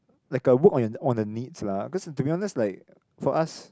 like a work on on a needs lah cause to be honest like for us